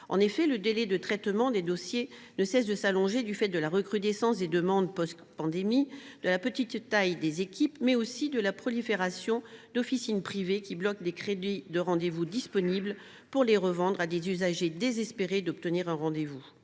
En effet, le délai de traitement des dossiers ne cesse de s’allonger, du fait de la recrudescence des demandes post pandémie et de la dimension réduite des équipes, mais aussi de la prolifération d’officines privées, qui bloquent les créneaux de rendez vous disponibles pour les revendre à des usagers désespérés de ne pas